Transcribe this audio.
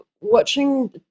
watching